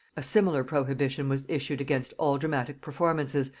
a similar prohibition was issued against all dramatic performances,